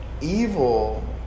evil